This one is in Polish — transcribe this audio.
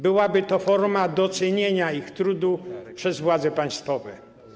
Byłaby to forma docenienia ich trudu przez władze państwowe.